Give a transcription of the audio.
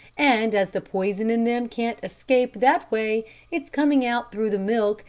and as the poison in them can't escape that way it's coming out through the milk,